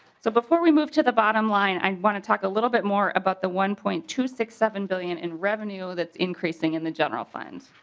so before we moved to the bottom line i want to talk a little bit more about the one point two six seven billion in revenue that's increasing and the general fund.